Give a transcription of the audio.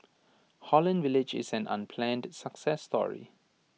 Holland village is an unplanned success story